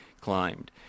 climbed